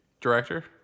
director